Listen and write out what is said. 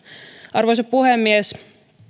arvoisa puhemies